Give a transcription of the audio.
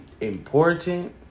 important